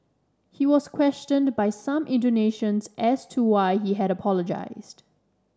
he was questioned by some Indonesians as to why he had apologised